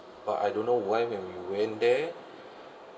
but I don't know why when we went there